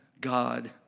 God